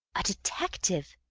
a detective.